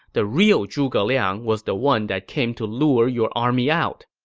the real zhuge liang was the one that came to lure your army out.